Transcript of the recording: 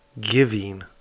giving